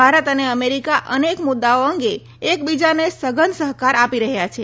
ભારત અને અમેરિકા અનેક મુદ્દાઓ અંગે એકબીજાને સઘન પણ સહકાર આપી રહ્યા છે